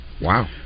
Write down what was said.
Wow